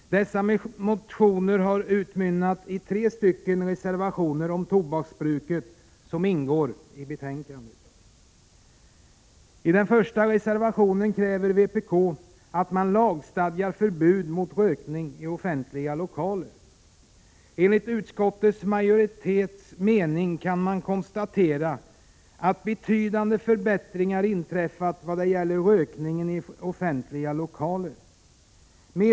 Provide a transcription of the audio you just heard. Årets motioner har utmynnat i tre reservationer om tobaksbruket. I den första reservationen kräver vpk att man lagstadgar förbud mot rökning i offentliga lokaler. Enligt utskottsmajoritetens mening kan man konstatera att betydande förbättringar har inträffat vad gäller rökningen i offentliga lokaler.